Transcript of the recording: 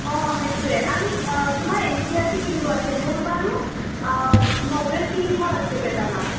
সেইটোৱে আৰু তোমাৰ N C E R T কিনিব আছে মোৰ বাৰু ন'ভেল কিনিব আছে কেইটামান